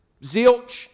Zilch